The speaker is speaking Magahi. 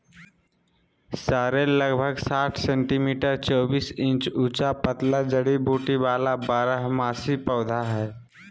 सॉरेल लगभग साठ सेंटीमीटर चौबीस इंच ऊंचा पतला जड़ी बूटी वाला बारहमासी पौधा हइ